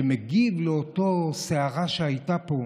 שמגיבים על אותה סערה שהייתה פה.